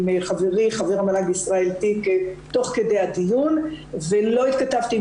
חברי חבר המל"ג ישראל תיק תוך כדי הדיון ולא התכתבתי עם